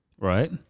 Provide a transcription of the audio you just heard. Right